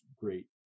great